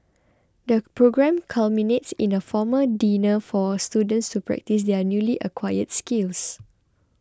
the programme culminates in a formal dinner for students to practise their newly acquired skills